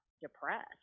depressed